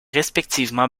respectivement